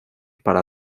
para